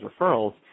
referrals